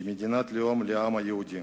כמדינת לאום לעם היהודי.